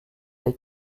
les